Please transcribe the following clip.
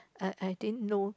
I I didn't know